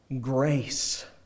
grace